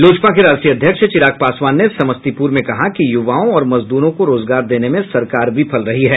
लोजपा के राष्ट्रीय अध्यक्ष चिराग पासवान ने समस्तीपुर में कहा कि युवाओं और मजदूरों को रोजगार देने में सरकार विफल रही है